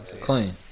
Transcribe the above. Clean